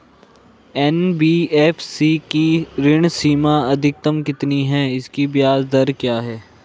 NBFC की ऋण सीमा अधिकतम कितनी है इसकी ब्याज दर क्या है?